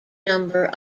number